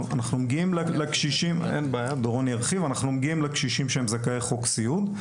אנחנו מגיעים לקשישים שהם זכאי חוק סיעוד.